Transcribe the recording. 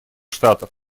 штатов